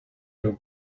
your